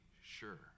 sure